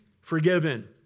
forgiven